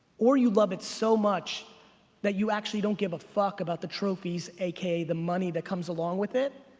or you love it so much that you actually don't give a fuck about the trophies a k a the money that comes along with it,